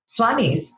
swamis